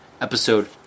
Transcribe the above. episode